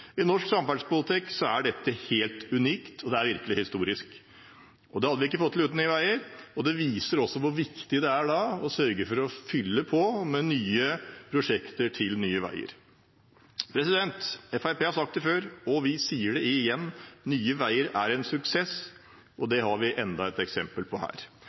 I norsk samferdselspolitikk er dette helt unikt og virkelig historisk. Det hadde vi ikke fått til uten Nye Veier, og det viser hvor viktig det er å sørge for å fylle på med nye prosjekter til Nye Veier. Fremskrittspartiet har sagt det før, og vi sier det igjen: Nye Veier er en suksess. Det har vi enda et eksempel på her.